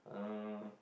uh